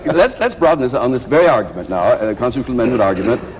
let's let's broaden this. on this very argument, now and a constitutional amendment argument.